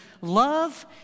love